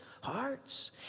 hearts